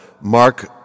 Mark